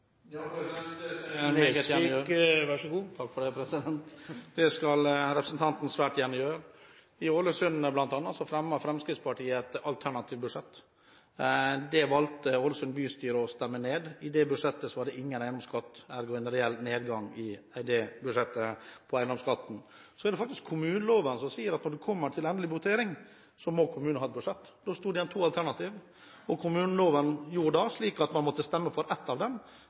Ja, det skal jeg meget gjerne gjøre. I Ålesund fremmet Fremskrittspartiet et alternativt budsjett. Det valgte Ålesund bystyre å stemme ned. I det budsjettet var det ingen eiendomsskatt, ergo en reell nedgang i budsjettet på eiendomsskatten. Det er kommuneloven som sier at når det kommer til endelig votering, må kommunen ha et budsjett. Det sto igjen to alternativer, og kommuneloven gjorde da at en måtte stemme for ett av dem